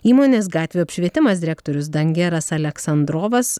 įmonės gatvių apšvietimas direktorius dangeras aleksandrovas